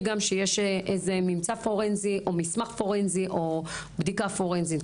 גם שיש איזה ממצא פורנזי או מסמך פורנזי או בדיקה פורנזית.